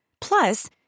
Plus